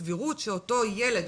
סבירות שאותו ילד,